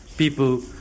People